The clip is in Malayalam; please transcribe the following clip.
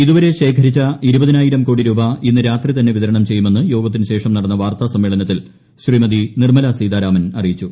ഇതുവരെ ശേഖരിച്ച ഇരുപതിനായിരം കോടി രൂപ ഇന്ന് രാത്രി തന്നെ വിതരണം ചെയ്യുമെന്ന് യോഗത്തിനുശേഷം നടന്ന വാർത്താസമ്മേളനത്തിൽ ശ്രീമതി നിർമ്മലാ സീതാരാമൻ അറിയിച്ചു